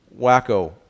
wacko